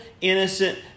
innocent